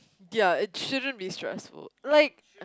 ya it shouldn't be stressful like